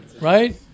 right